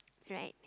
right